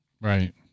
Right